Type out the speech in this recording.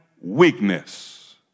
weakness